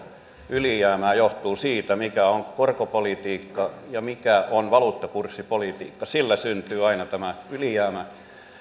ylijäämää johtuu sitä mikä on korkopolitiikka ja mikä on valuuttakurssipolitiikka sillä syntyy aina tämä ylijäämä